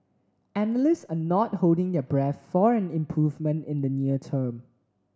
analysts are not holding their breath for an improvement in the near term